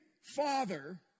father